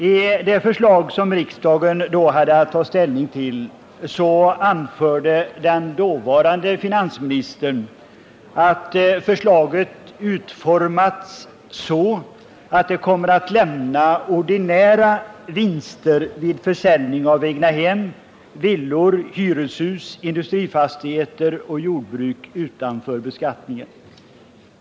I det förslag som riksdagen då hade att ta ställning till anförde den dåvarande finansministern att förslaget utformats så, att det kommer att lämna ordinära vinster vid försäljning av egnahem, villor, hyreshus, industrifastigheter och jordbruk utanför beskattningen.